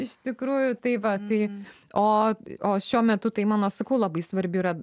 iš tikrųjų tai va tai o o šiuo metu tai mano sakau labai svarbi yra